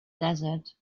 desert